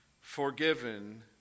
forgiven